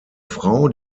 frau